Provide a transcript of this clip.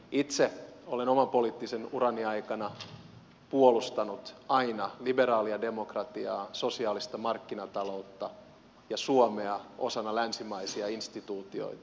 itse olen oman poliittisen urani aikana puolustanut aina liberaalia demokratiaa sosiaalista markkinataloutta ja suomea osana länsimaisia instituutiota